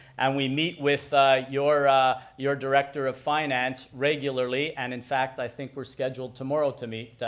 and we meet with your your director of finance regularly and in fact i think we're scheduled tomorrow to meet,